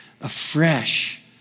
afresh